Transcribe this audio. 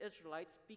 Israelites